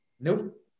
nope